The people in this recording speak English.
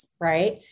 right